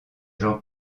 jean